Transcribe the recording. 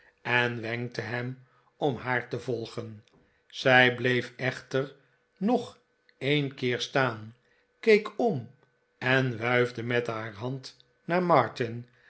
en wenkte hem om haar te volgen zij bleef echter nog een keer staan keek om en wuifde met haar hand naar martin